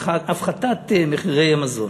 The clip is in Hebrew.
הפחתת מחירי המזון.